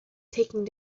taking